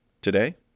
today